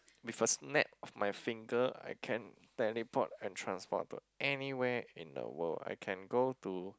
with a snap of my finger I can teleport and transport to anywhere in the world I can go to